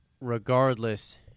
regardless